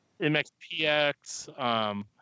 MXPX